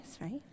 right